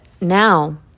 now